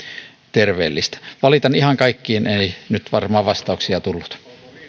terveellistä valitan ihan kaikkiin ei nyt varmaan vastauksia tullut